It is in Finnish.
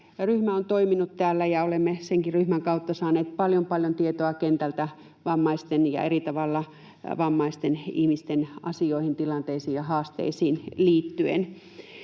on toiminut täällä, ja olemme senkin ryhmän kautta saaneet paljon, paljon tietoa kentältä vammaisten ja eri tavalla vammaisten ihmisten asioihin, tilanteisiin ja haasteisiin liittyen.